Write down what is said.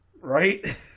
Right